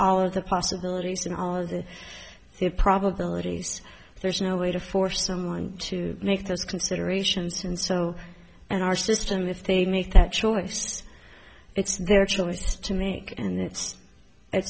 all of the possibilities and all of the probabilities but there's no way to force someone to make those considerations and so and our system if they make that choice it's their choice to me and it's it